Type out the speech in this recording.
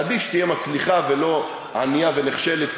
עדיף שתהיה מצליחה ולא ענייה ונחשלת,